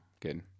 Good